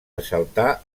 assaltar